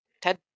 Ted